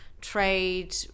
Trade